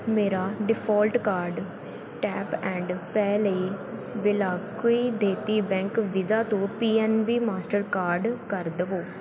ਮੇਰਾ default card tap and pay ਲਈ ਵੇਲਾ ਕੁਈ ਦੇਹਤੀ ਬੈਂਕ ਵੀਜ਼ਾ ਤੋਂ ਪੀ ਐਨ ਬੀ ਮਾਸਟਰਕਾਰਡ ਕਰ ਦਵੋ